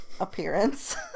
appearance